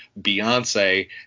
Beyonce